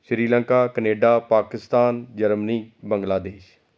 Sri Lanka Canada Pakistan Germany Bangladesh